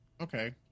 Okay